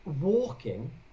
walking